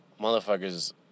motherfuckers